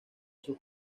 sus